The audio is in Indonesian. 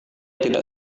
tidak